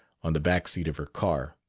on the back seat of her car.